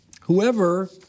Whoever